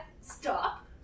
stop